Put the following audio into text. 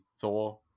thor